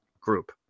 group